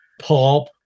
pop